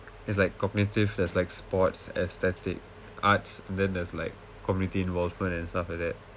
there's like cognitive there's like sports aesthetic arts then there's like community involvement and stuff like that